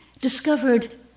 discovered